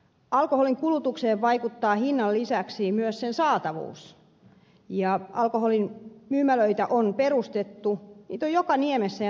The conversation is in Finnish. alkoholin kulutukseen vaikuttaa hinnan lisäksi myös sen saatavuus ja alkoholimyymälöitä on perustettu joka niemeen ja notkelmaan